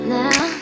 now